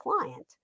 client